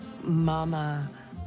mama